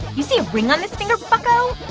you see a ring on this finger, bucko?